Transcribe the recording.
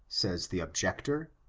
says the objector,